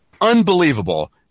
Unbelievable